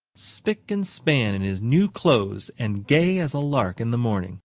spick and span in his new clothes and gay as a lark in the morning.